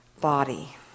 body